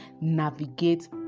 navigate